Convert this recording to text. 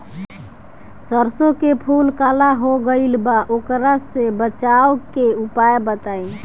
सरसों के फूल काला हो गएल बा वोकरा से बचाव के उपाय बताई?